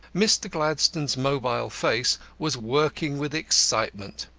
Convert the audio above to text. mr. gladstone's mobile face was working with excitement.